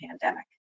pandemic